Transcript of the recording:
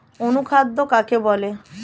অনুখাদ্য কাকে বলে?